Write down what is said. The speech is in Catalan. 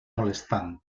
molestant